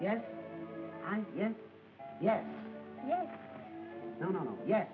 yes yes yes yes